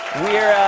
we're, ah.